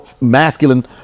masculine